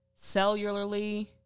cellularly